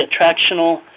attractional